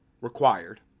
required